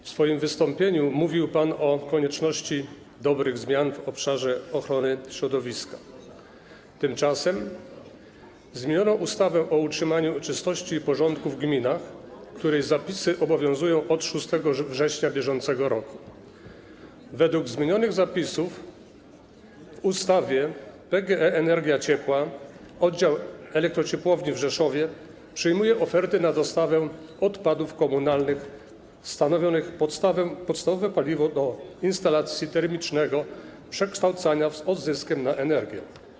W swoim wystąpieniu mówił pan o konieczności dobrych zmian w obszarze ochrony środowiska, tymczasem zmieniono ustawę o utrzymaniu czystości i porządku w gminach, której zapisy obowiązują od 6 września br. Według zmienionych w ustawie zapisów PGE Energia Ciepła Oddział Elektrociepłownia w Rzeszowie przyjmuje oferty na dostawę odpadów komunalnych stanowiących podstawowe paliwo do instalacji termicznego przekształcania z odzyskiem na energię.